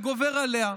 הגובר עליה.